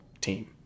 team